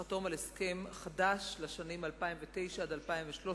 לחתום על הסכם חדש לשנים 2009 2013,